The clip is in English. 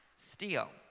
steal